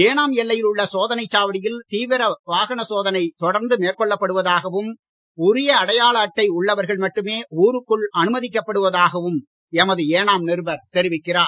ஏனாம் எல்லையில் உள்ள சோதனைச் சாவடியில் தீவிர வாகனப் பரிசோதனை தொடர்ந்து மேற்கொள்ளப் படுவதாகவும் உரிய அடையாள அட்டை உள்ளவர்கள் மட்டுமே உளருக்குள் அனுமதிக்கப் படுவதாகவும் எமது ஏனாம் நிருபர் தெரிவிக்கிறார்